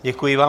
Děkuji vám.